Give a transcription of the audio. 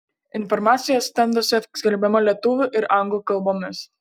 informacija stenduose skelbiama lietuvių ir anglų kalbomis